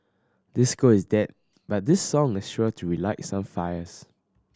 disco is dead but this song is sure to relight some fires